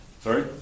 sorry